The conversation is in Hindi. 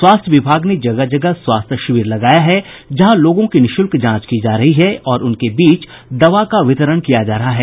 स्वास्थ्य विभाग ने जगह जगह स्वास्थ्य शिविर लगाया है जहां लोगों की निःशुल्क जांच की जा रही है और उनके बीच दवा का वितरण किया जा रहा है